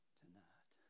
tonight